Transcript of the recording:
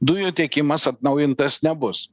dujų tiekimas atnaujintas nebus